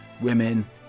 women